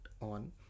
on